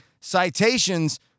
Citations